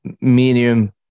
medium